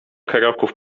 kroków